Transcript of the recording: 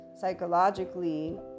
psychologically